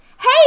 Hey